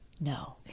No